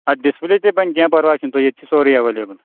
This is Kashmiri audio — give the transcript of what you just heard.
اَدٕ ڈِسپٕلے تہِ بَنہِ کینٛہہ پرواے چھِنہٕ تہٕ ییٚتہِ چھِ سورُے ایویلیبٕل